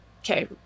Okay